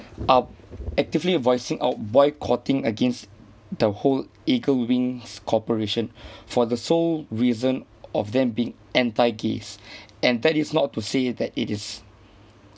uh actively voicing out boycotting against the whole EagleWings corporation for the sole reason of them being anti-gays and that is not to say that it is